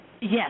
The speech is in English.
Yes